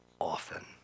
often